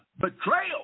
betrayal